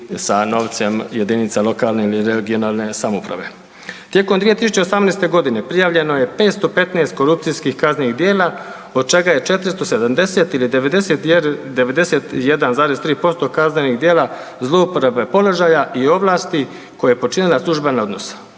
sa novcem jedinica lokalne ili regionalne samouprave. Tijekom 2018.g. prijavljeno je 515 korupcijskih kaznenih djela, od čega je 470 ili 91,3% kaznenih djela zlouporabe položaja i ovlasti koje je počinila službena osoba.